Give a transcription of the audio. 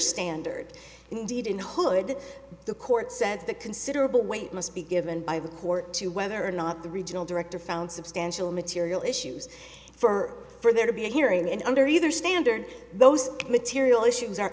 standard indeed in hollywood the court says the considerable weight must be given by the court to whether or not the regional director found substantial material issues for for there to be a hearing and under either standard those material issues are